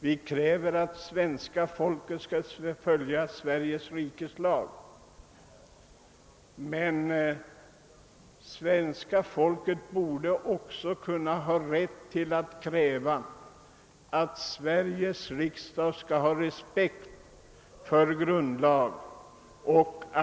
Vi kräver att svenska folket skall följa Sveriges rikes lag, men svenska folket borde också ha rätt att kräva att Sveriges riksdag skall ha respekt för grundlagen.